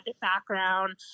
background